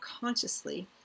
consciously